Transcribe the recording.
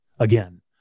again